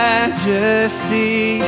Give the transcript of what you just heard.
Majesty